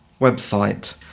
website